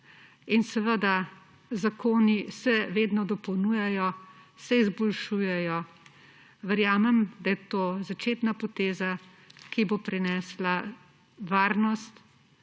in seveda, zakoni se vedno dopolnjujejo, se izboljšujejo. Verjamem, da je to začetna poteza, ki bo prinesla varnost